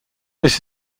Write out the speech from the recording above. this